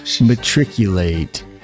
matriculate